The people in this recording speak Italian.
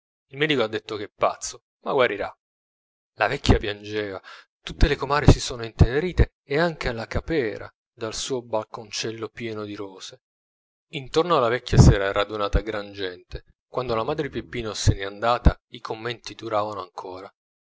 il medico ha detto che è pazzo ma guarirà la vecchia piangeva tutte le comari si sono intenerite e anche la capera del suo balconcello pieno di rose intorno alla vecchia s'era radunata gran gente quando la madre di peppino se n'è andata i commenti duravano ancora